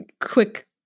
quick